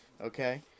okay